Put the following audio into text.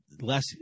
less